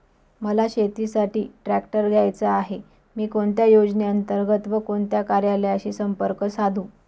मला शेतीसाठी ट्रॅक्टर घ्यायचा आहे, मी कोणत्या योजने अंतर्गत व कोणत्या कार्यालयाशी संपर्क साधू?